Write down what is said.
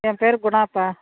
என் பேர் குணாப்பா